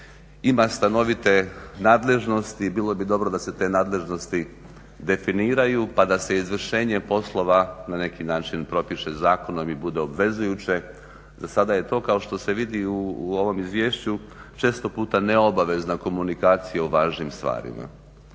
ima stanovite nadležnosti i bilo bi dobro da se te nadležnosti definiraju pa da se izvršenje poslova na neki način propiše zakonom i bude obvezujuće. Za sada je to kao što se vidi u ovom izvješću često puta neobavezna komunikacija u važnim stvarima.